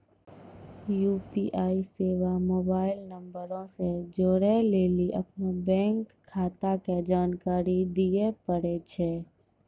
UPI सेबा mobile नंबरो से जोड़ै लेली अपनो बैंक खाता के जानकारी दिये पड़ै छै